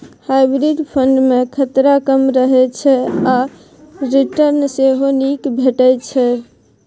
hybrid fund मे खतरा कम रहय छै आ रिटर्न सेहो नीक भेटै छै